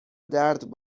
درد